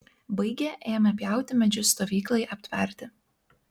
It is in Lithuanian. baigę ėmė pjauti medžius stovyklai aptverti